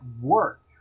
work